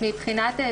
לבדוק.